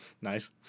nice